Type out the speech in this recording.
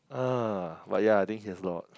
but yeah I think he has a lot